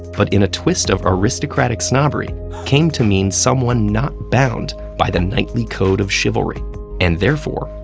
but in a twist of aristocratic snobbery came to mean someone not bound by the knightly code of chivalry and, therefore,